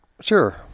Sure